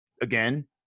again